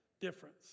difference